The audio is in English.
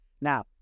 Now